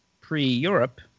pre-Europe